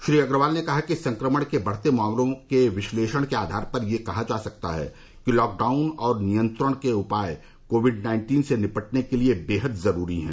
श्री अग्रवाल ने कहा कि संक्रमण के बढ़ते मामलों के विश्लेषण के आधार पर यह कहा जा सकता है कि लॉकडाउन और नियंत्रण के उपाय कोविड नाइन्टीन से निपटने के लिए बेहद जरूरी हैं